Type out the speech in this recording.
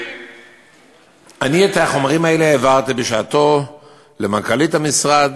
אני את החומרים האלה העברתי בשעתו למנכ"לית המשרד.